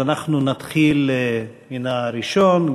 אז אנחנו נתחיל עם הראשון.